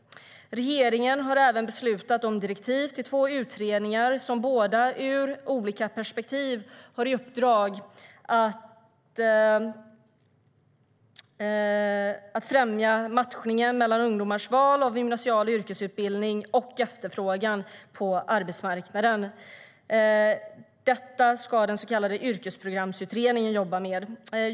Regeringen har även beslutat om direktiv till två utredningar som båda, ur olika perspektiv, har i uppdrag att främja matchningen mellan ungdomars val av gymnasial yrkesutbildning och efterfrågan på arbetsmarknaden. Detta ska den så kallade Yrkesprogramsutredningen jobba med.